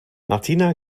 martina